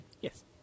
Yes